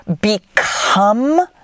become